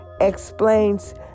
explains